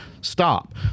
Stop